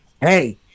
Hey